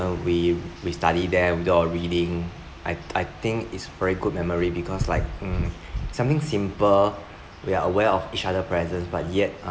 we we study there we do our reading I I think it's very good memory because like mm something simple we are aware of each other presence but yet uh